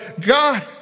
God